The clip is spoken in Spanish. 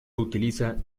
utiliza